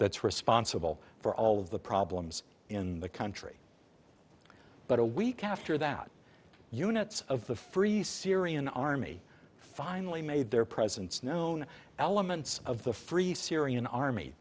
that's responsible for all of the problems in the country but a week after that units of the free syrian army finally made their presence known elements of the free syrian army